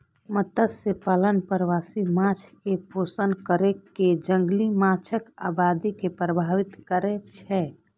मत्स्यपालन प्रवासी माछ कें पोषण कैर कें जंगली माछक आबादी के प्रभावित करै छै